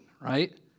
right